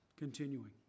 Continuing